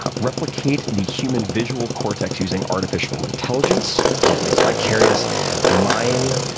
ah replicate the human visual cortex using artificial intelligence, companies vicarious mind.